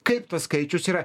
kaip tas skaičius yra